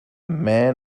man